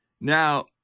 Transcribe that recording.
Now